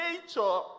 nature